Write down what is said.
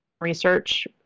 research